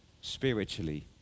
spiritually